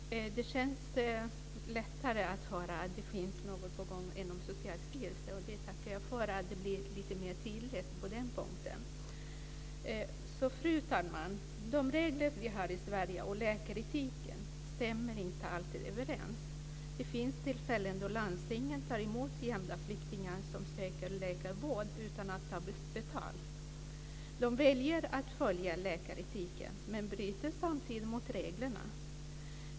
Fru talman! Det känns lättare att höra att något är på gång inom Socialstyrelsen. Jag tackar för att det blir lite mer tydligt på den punkten. De regler vi har om läkaretiken i Sverige stämmer inte alltid överens med praktiken. Det finns tillfällen då landstingen tar emot gömda flyktingar som söker läkarvård utan att ta betalt. De väljer att följa läkaretiken men bryter samtidigt mot reglerna.